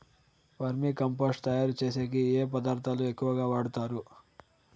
వర్మి compost తయారుచేసేకి ఏ పదార్థాలు ఎక్కువగా వాడుతారు